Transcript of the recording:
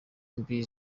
mbi